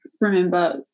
remember